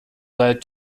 led